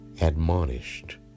admonished